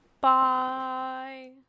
Bye